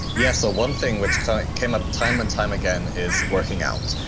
yeah so one thing which came up time and time again, is working out.